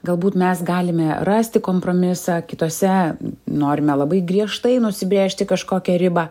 galbūt mes galime rasti kompromisą kitose norime labai griežtai nusibrėžti kažkokią ribą